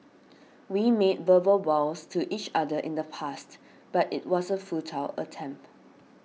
we made verbal vows to each other in the past but it was a futile attempt